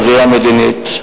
הזירה המדינית.